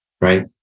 Right